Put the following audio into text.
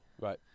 Right